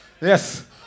yes